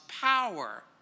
power